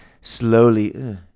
slowly